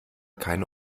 keine